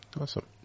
Awesome